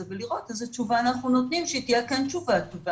ולראות איזה תשובה אנחנו נותנים שהיא תהיה כן תשובה טובה.